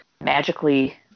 magically